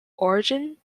origin